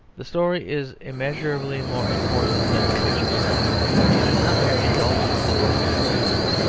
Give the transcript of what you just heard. the story is immeasurably more important than the picture it is not mere indulgence in the picturesque.